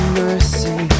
mercy